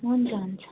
हुन्छ हुन्छ